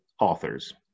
authors